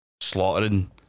slaughtering